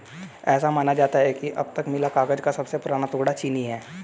ऐसा माना जाता है कि अब तक मिला कागज का सबसे पुराना टुकड़ा चीनी है